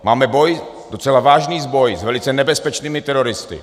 Máme boj, docela vážný boj, s velice nebezpečnými teroristy.